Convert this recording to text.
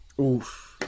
Oof